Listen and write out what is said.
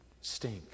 stink